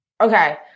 Okay